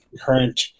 current